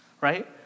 right